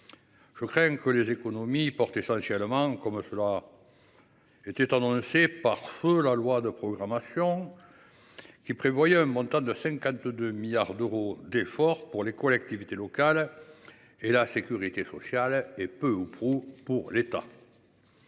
Je crains que les économies portent essentiellement comme cela. Était dans le fait pare-feu. La loi de programmation. Qui prévoyait un montant de 52 milliards d'euros d'efforts pour les collectivités locales. Et la sécurité sociale et peu ou prou pour l'État.